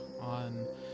on